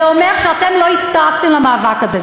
זה אומר שאתם לא הצטרפתם למאבק הזה,